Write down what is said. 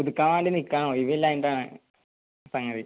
പുതുക്കാൻ വേണ്ടി നിൽക്കാണ് ഒഴിവില്ലാഞ്ഞിട്ടാണ് സംഗതി